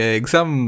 exam